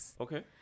Okay